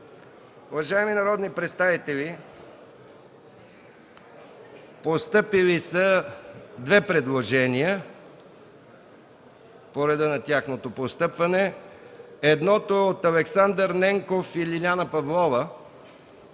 Уважаеми народни представители, постъпили са две предложения. По реда на тяхното постъпване: Едното е от Александър Ненков и Лиляна Павлова